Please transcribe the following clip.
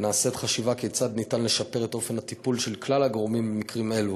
ונעשית חשיבה כיצד ניתן לשפר את אופן הטיפול של כלל הגורמים במקרים אלו